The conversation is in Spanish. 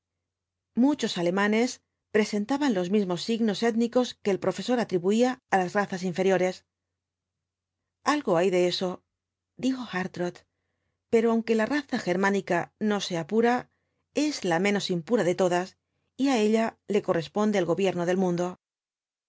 muchos alemanes presentaban los mismos signos étnicos que el profesor atribuía á las razas inferiores algo hay de eso dijo hartrott pero aunque la raza germánica no sea pura es la menos impura de todas y á ella le corresponde el gobierno del mundo su